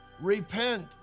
Repent